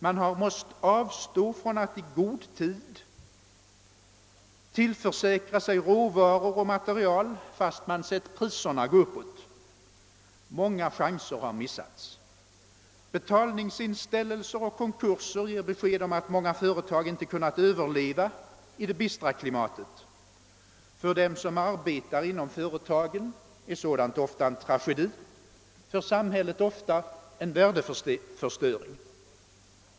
Man har fått avstå från att i god tid tillförsäkra sig råvaror och material, fastän man har sett priserna gå uppåt. Många chanser har missats. Betalningsinställelser och konkurser ger besked om att många företag inte har kunnat överleva i det bistra klimatet. För dem som arbetar inom företagen är sådant ofta en tragedi, för samhället ofta en värdeförstöring.